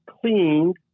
cleaned